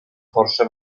força